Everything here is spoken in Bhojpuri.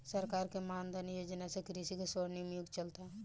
सरकार के मान धन योजना से कृषि के स्वर्णिम युग चलता